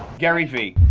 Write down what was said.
garyvee.